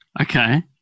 Okay